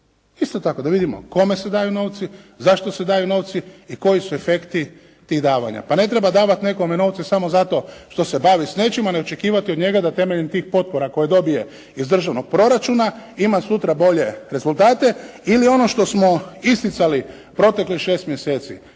Isto tako da vidimo kome se daju novci, zašto se daju novci i koji su efekti tih davanja. Pa ne treba davati nekome novce samo zato što se bavi s nečim, a ne očekivati od njega da temeljem tih potpora koje dobije iz državnog proračuna ima sutra bolje rezultate ili ono što smo isticali proteklih 6 mjeseci.